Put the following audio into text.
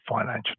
financial